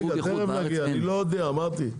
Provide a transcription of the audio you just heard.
- לא בדקתי.